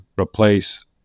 replace